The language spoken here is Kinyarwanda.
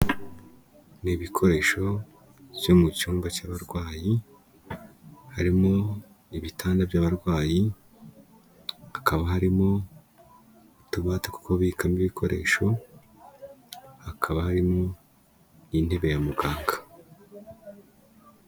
Ni ibikoresho byo mu cyumba cy'abarwayi, harimo ibitanda by'abarwayi, hakaba harimo utubata two kubikamo ibikoresho, hakaba harimo intebe ya muganga.